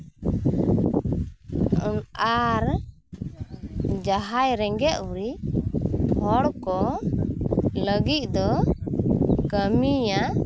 ᱚᱝ ᱟᱨ ᱡᱟᱦᱟᱸᱭ ᱨᱮᱸᱜᱮᱡ ᱚᱨᱮᱡ ᱦᱚᱲ ᱠᱚ ᱞᱟᱹᱜᱤᱫ ᱫᱚ ᱠᱟᱹᱢᱤᱭᱟ